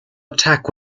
attack